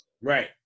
right